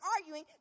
arguing